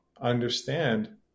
understand